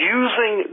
using